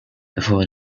before